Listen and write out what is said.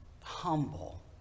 humble